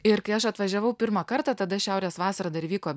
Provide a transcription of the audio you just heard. ir kai aš atvažiavau pirmą kartą tada šiaurės vasara dar vyko